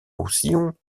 roussillon